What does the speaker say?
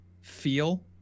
feel